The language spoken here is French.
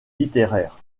littéraires